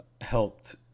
helped